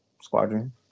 squadron